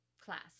class